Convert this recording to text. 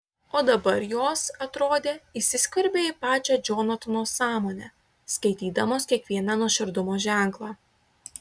o dabar jos atrodė įsiskverbė į pačią džonatano sąmonę skaitydamos kiekvieną nuoširdumo ženklą